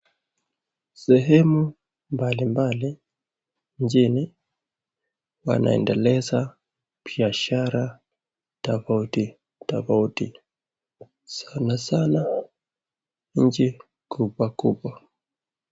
Sehemu mbalimbali nchini wanaendeleza biashara tofauti tofauti sana sana nchi kubwa kubwa.